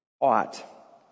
Ought